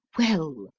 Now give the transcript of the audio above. well,